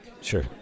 sure